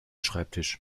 schreibtisch